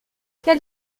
quel